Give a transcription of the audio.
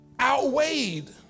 outweighed